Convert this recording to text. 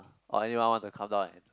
orh anyone want to come down and